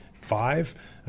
five